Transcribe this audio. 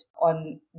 on